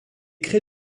crée